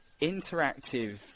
interactive